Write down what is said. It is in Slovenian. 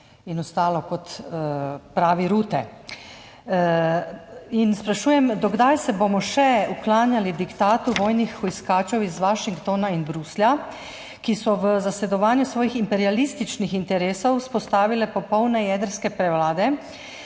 in ostalo, kot pravi Rutte. Sprašujem: Do kdaj se bomo še uklanjali diktatu vojnih hujskačev iz Washingtona in Bruslja, ki so v zasledovanju svojih imperialističnih interesov vzpostavili popolne jedrske prevlade